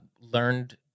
learned